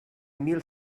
mil